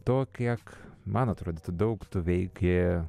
to kiek man atrodytų daug tu veiki